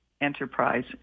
enterprise